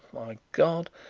my god!